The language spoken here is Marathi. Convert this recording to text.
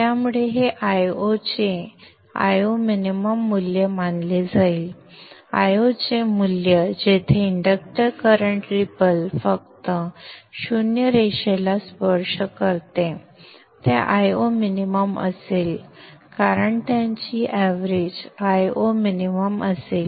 त्यामुळे हे Io चे Io मिनिमम मूल्य मानले जाईल Io चे मूल्य जेथे इंडक्टर करंट रिपल फक्त 0 रेषेला स्पर्श करते ते Io min असेल कारण त्याची एवरेज Io min असेल